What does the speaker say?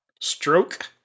stroke